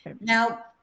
Now